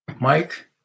Mike